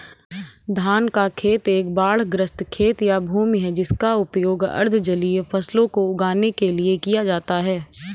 धान का खेत एक बाढ़ग्रस्त खेत या भूमि है जिसका उपयोग अर्ध जलीय फसलों को उगाने के लिए किया जाता है